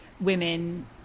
women